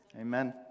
Amen